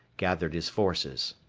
gathered his forces.